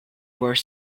were